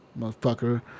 motherfucker